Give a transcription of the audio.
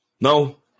No